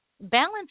Balance